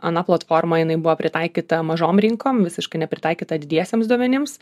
ana platforma jinai buvo pritaikyta mažom rinkom visiškai nepritaikyta didiesiems duomenims